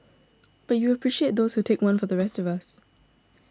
but you appreciate those who take one for the rest of us